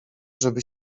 żeby